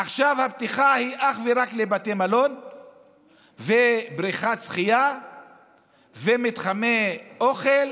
עכשיו הפתיחה היא אך ורק לבתי מלון ובריכת שחייה ומתחמי אוכל